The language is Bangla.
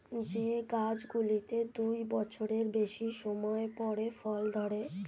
যে গাছগুলোতে দু বছরের বেশি সময় পরে ফল ধরে